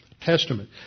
Testament